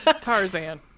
Tarzan